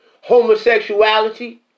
homosexuality